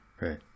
Right